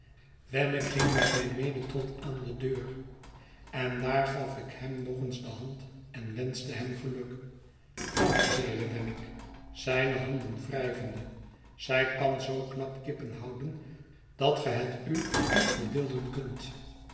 wemmick ging met mij mede tot aan de deur endaar gaf ikhem nog eens de hand enwenschte hem geluk dank je zeide wemmick zijne handen wrijvende zij kan zoo knap kippen houden dat ge het u niet verbeelden kunt